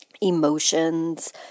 emotions